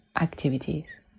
activities